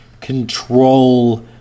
control